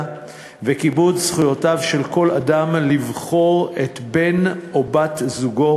וכיבוד זכויותיו של כל אדם לבחור את בן או בת זוגו.